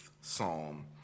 Psalm